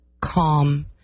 calm